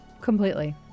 Completely